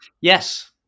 Yes